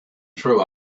true